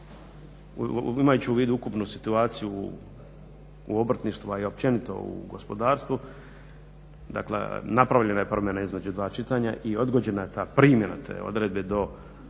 Imajući u vidu ukupnu situaciju u obrtništvu, a i općenito u gospodarstvu dakle napravljena je promjena između dva čitanja i odgođena je ta primjena te odredbe za narednih